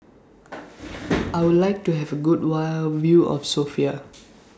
I Would like to Have A Good while View of Sofia